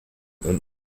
und